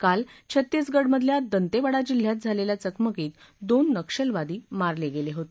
काल छत्तीसगडमधल्या दंतेवाडा जिल्ह्यात झालेल्या चकमकीत दोन नक्षलवादी मारले गेले होते